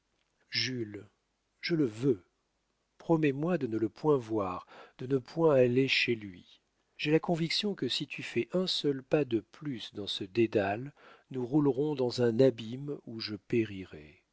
jules je le veux promets-moi de ne le point voir de ne point aller chez lui j'ai la conviction que si tu fais un seul pas de plus dans ce dédale nous roulerons dans un abîme où je périrai